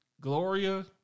Gloria